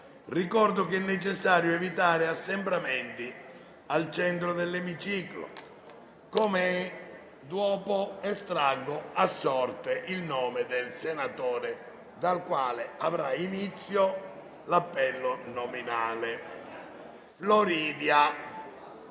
Ricordo che è necessario evitare assembramenti al centro dell'Emiciclo. Estraggo ora a sorte il nome del senatore dal quale avrà inizio l'appello nominale. *(È